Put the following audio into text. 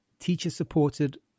teacher-supported